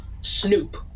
snoop